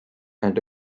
and